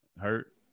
hurt